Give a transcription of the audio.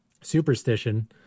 superstition